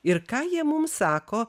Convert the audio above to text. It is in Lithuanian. ir ką jie mums sako